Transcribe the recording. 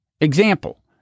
example